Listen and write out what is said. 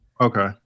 Okay